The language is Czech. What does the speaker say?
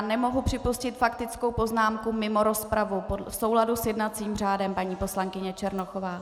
Nemohu připustit faktickou poznámku mimo rozpravu v souladu s jednacím řádem, paní poslankyně Černochová.